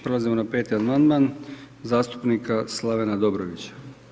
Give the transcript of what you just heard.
Prelazimo na 5. amandman zastupnika Slavena Dobrovića.